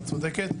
ואת צודקת.